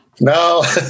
No